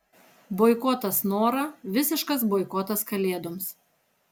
boikotas nora visiškas boikotas kalėdoms